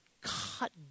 cut